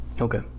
Okay